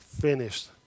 finished